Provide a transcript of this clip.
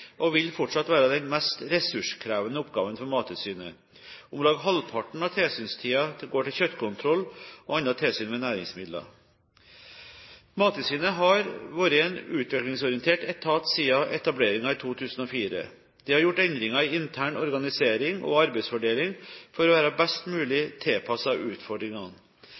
og vil fortsatt være den mest ressurskrevende oppgaven for Mattilsynet. Om lag halvparten av tilsynstiden går til kjøttkontroll og annet tilsyn med næringsmidler. Mattilsynet har vært en utviklingsorientert etat siden etableringen i 2004. De har gjort endringer i intern organisering og arbeidsfordeling for å være best mulig tilpasset utfordringene.